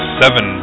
seven